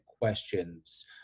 questions